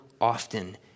often